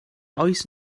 oes